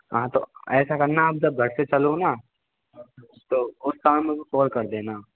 हाँ तो ऐसा करना अब जब घर से चलो न तो उस टाइम मेरे को कॉल कर देना